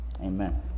amen